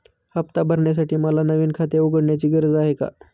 हफ्ता भरण्यासाठी मला नवीन खाते उघडण्याची गरज आहे का?